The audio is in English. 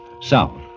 south